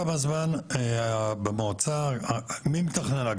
מי מתכנן?